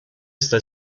está